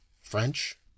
French